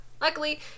Luckily